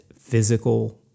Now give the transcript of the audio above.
physical